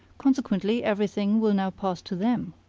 consequently, everything will now pass to them.